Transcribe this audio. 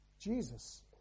Jesus